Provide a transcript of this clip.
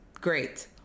great